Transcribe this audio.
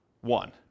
one